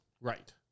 Right